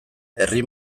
herri